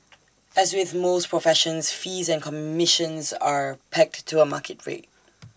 as with most professions fees and commissions are pegged to A market rate